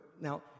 now